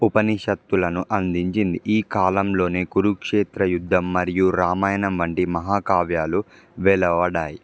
ఉపనిషత్తులను అందించింది ఈ కాలంలోనే కురుక్షేత్ర యుద్ధం మరియు రామాయణం వంటి మహాకావ్యాలు వెలువడ్డాయి